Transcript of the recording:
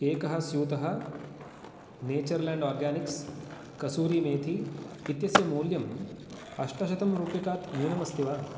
एकः स्यूतः Natureland Organics kasuri methi इत्यस्य मूल्यम् अष्टशतं रूप्यकात् न्यूनम् अस्ति वा